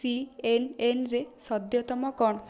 ସିଏନ୍ଏନ୍ରେ ସଦ୍ୟତମ କ'ଣ